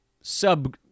Sub